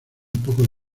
poco